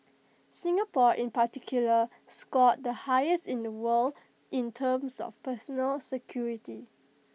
Singapore in particular scored the highest in the world in terms of personal security